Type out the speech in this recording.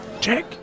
Check